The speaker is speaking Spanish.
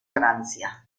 francia